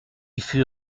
fut